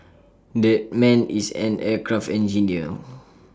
that man is an aircraft engineer